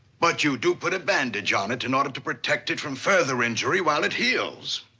but you do put a bandage on it in order to protect it from further injury while it heals.